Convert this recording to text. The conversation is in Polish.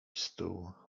stół